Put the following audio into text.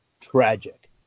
tragic